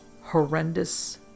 horrendous